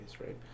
right